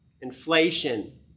inflation